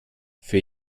für